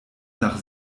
nach